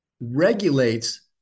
regulates